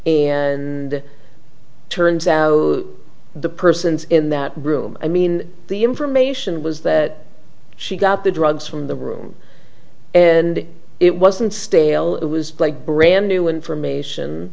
and turns out the person in that room i mean the information was that she got the drugs from the room and it wasn't stale it was like brand new information